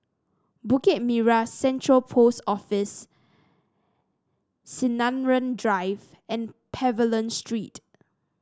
Bukit Merah Central Post Office Sinaran Drive and Pavilion Street